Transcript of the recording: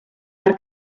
per